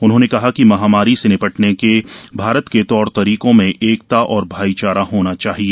उन्होंने कहा कि महामारी से निपटने के भारत के तौर तरीकों में एकता और भाईचारा होना चाहिए